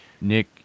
Nick